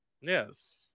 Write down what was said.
Yes